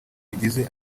bigize